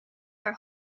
for